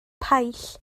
paill